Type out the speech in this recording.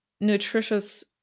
nutritious